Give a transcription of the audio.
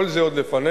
כל זה עוד לפנינו.